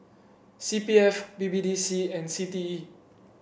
C P F B B D C and C T E